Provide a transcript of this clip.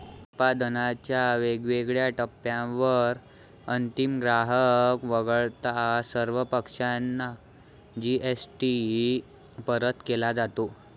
उत्पादनाच्या वेगवेगळ्या टप्प्यांवर अंतिम ग्राहक वगळता सर्व पक्षांना जी.एस.टी परत केला जातो